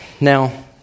Now